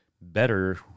better